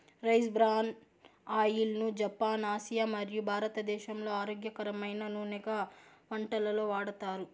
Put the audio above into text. rice bran oil ను Japan, Asia మరియు భారతదేశంలో ఆరోగ్యకరమైన నూనెగా వంటలలో వాడతారు